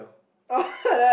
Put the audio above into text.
oh right